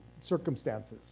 circumstances